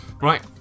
Right